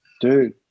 dude